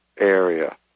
area